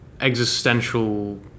Existential